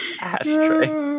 ashtray